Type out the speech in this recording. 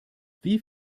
wie